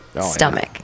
stomach